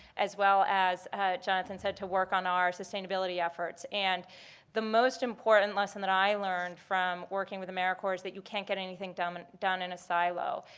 as well as jonathan said to work on our sustainability efforts. and the most important lesson that i learned from working with americorps is that you can't get anything done done in a silo.